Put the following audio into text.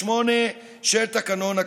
ג'בארין, עוד מעט יש הצעת חוק למס הכנסה